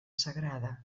sagrada